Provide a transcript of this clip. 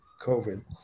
COVID